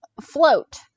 float